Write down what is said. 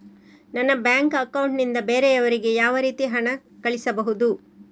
ನನ್ನ bank account ನಿಂದ ಬೇರೆಯವರಿಗೆ ಯಾವ ರೀತಿ ಹಣ ಕಳಿಸಬಹುದು?